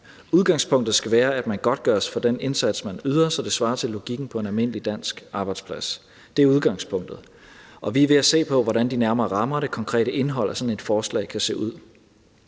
Udgangspunktet skal være, at man godtgøres for den indsats, man yder, så det svarer til logikken på en almindelig dansk arbejdsplads. Det er udgangspunktet. Og vi er ved at se på, hvordan de nærmere rammer og det konkrete indhold af sådan et forslag kan se ud.